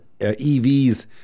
EVs